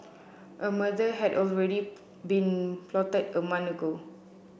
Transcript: a murder had already been plotted a month ago